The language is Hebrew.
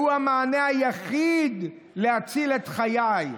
והוא המענה היחיד להציל את חיי.